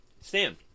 Stan